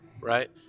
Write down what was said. right